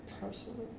Personally